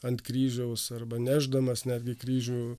ant kryžiaus arba nešdamas netgi kryžių